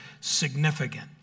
significant